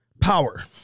power